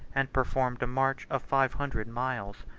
and performed a march of five hundred miles.